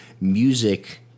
music